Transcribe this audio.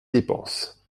dépenses